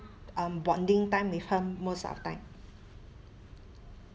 um bonding time with her most of the time